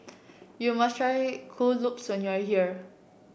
you must try Kuih Lopes when you are here